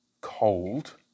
cold